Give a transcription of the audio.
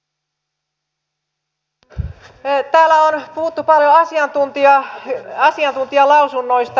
täällä on puhuttu paljon asiantuntijalausunnoista